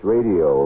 Radio